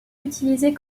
utilisée